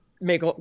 make